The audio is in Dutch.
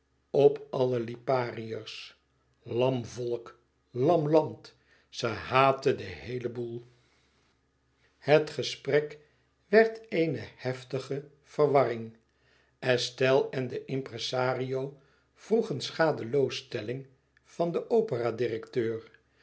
op alle lipariërs lam volk lam land ze haatte den heelen boel het gesprek werd ééne heftige verwarring estelle en de impresario vroegen schadeloosstelling van den opera direkteur